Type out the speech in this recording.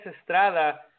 Estrada